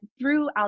throughout